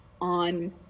on